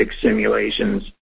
simulations